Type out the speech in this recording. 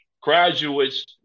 graduates